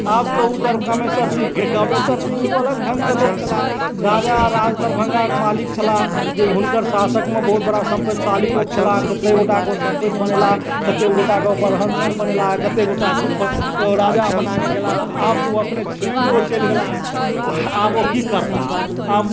आब कहु कामेश्वर सिंहके कामेशर सिंह ओ अलग ढङ्गके लोक छलाह राजा राज दरभङ्गाके मालिक छलाह जे हुनकर शासनमे बहुत बड़ा सम्पतिशाली लोक छलाह कते गोटाके ओ सम्पति बनेलाह कते गोटाके अपन हन सहन बनेला कते गोटा कऽ राजा अपना कऽ गेलाह आब तऽ ओ अपने स्वयं ओ चैल गेला आब ओ की करता आब